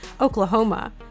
Oklahoma